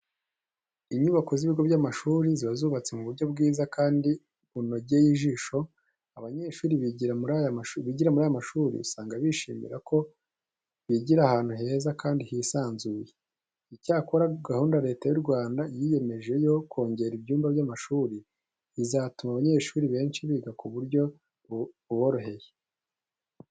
Inyubako z'ibigo by'amashuri ziba zubatse mu buryo bwiza kandi bunogeye ijisho. Abanyeshuri bigira muri aya mashuri usanga bishimira ko bigira ahantu heza kandi hisanzuye. Icyakora gahunda Leta y'u Rwanda yiyemeje yo kongera ibyumba by'amashuri, izatuma abanyeshuri benshi biga ku buryo buboroheye.